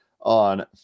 on